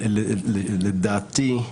לדעתי,